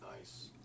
Nice